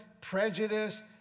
prejudice